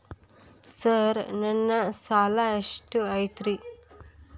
Sir ನನ್ನ ಸಾಲಾ ಎಷ್ಟು ಐತ್ರಿ?